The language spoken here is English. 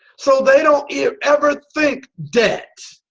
so they don't yeah ever think debt.